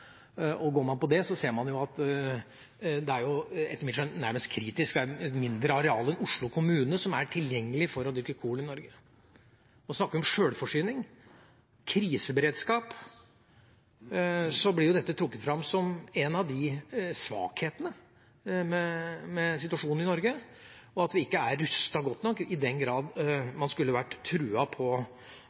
Går man inn på det, ser man etter mitt skjønn at det er nærmest kritisk – det er et mindre areal enn Oslo kommune som er tilgjengelig for å dyrke korn i Norge. Og snakker vi om sjølforsyning, kriseberedskap, blir dette trukket fram som en av svakhetene med situasjonen i Norge, og at vi ikke er rustet godt nok i den grad man skulle vært